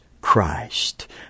Christ